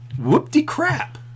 Whoop-de-crap